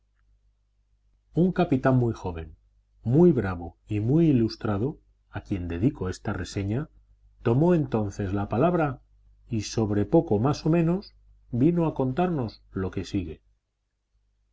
un capitán muy joven muy bravo y muy ilustrado a quien dedico esta reseña tomó entonces la palabra y sobre poco más o menos vino a contarnos lo que sigue